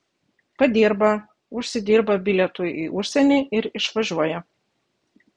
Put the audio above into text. padirba užsidirba bilietui į užsienį ir išvažiuoja